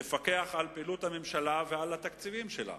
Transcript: לפקח על פעילות הממשלה ועל התקציבים שלה.